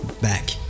back